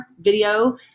video